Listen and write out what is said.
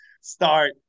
start